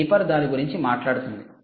ఈ పేపర్ దాని గురించి మాట్లాడుతుంది